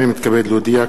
הנני מתכבד להודיע,